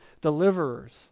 deliverers